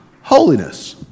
holiness